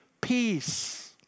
peace